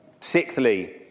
Sixthly